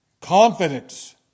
confidence